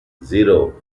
zero